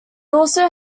also